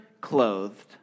clothed